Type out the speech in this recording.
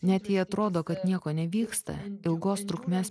net jei atrodo kad nieko nevyksta ilgos trukmės